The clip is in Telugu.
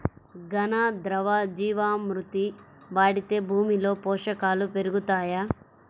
ఘన, ద్రవ జీవా మృతి వాడితే భూమిలో పోషకాలు పెరుగుతాయా?